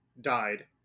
died